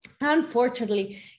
Unfortunately